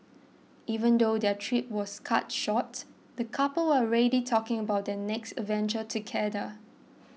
even though their trip was cut short the couple are already talking about their next adventure together